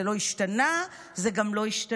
זה לא השתנה, זה גם לא ישתנה".